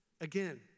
again